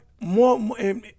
more